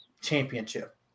championship